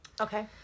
Okay